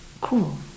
Cool